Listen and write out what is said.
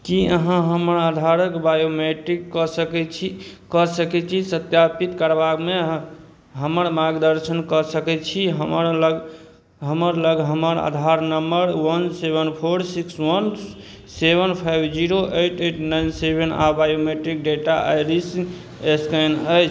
की अहाँ हमर आधारक बायोमेट्रिक कऽ सकैत छी सत्यापित करबामे हमर मार्गदर्शन कऽ सकैत छी हमरा लग हमर Aadhaar number one seven four six one seven five zero eight eight nine seven आ बायोमेट्रिक डेटा आइरिस स्कैन अछि